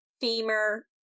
femur